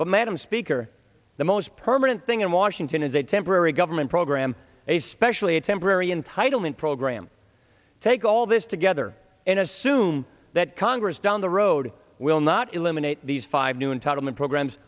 but madam speaker the most permanent thing in washington is a temporary government program a special a temporary entitlement program take all this together and assume that congress down the road will not eliminate these five new entitlement programs